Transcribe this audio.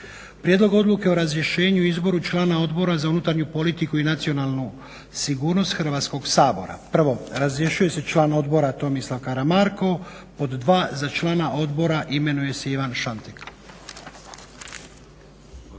Prijedlog odluke o razrješenju i izboru člana Odbora za unutarnju politiku i nacionalnu sigurnost Hrvatskog sabora. Prvo, razrješuje se član odbora Tomislav Karamarko. Pod dva, za člana odbora imenuje se Ivan Šantek.